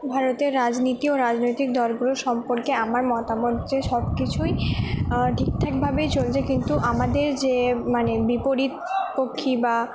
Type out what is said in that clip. ভারতের রাজনীতি ও রাজনৈতিক দলগুলোর সম্পর্কে আমার মতামত যে সব কিছুই ঠিকঠাকভাবেই চলছে কিন্তু আমাদের যে মানে বিপরীত পক্ষি বা